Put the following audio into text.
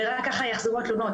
ורק ככה יחזרו התלונות,